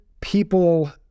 People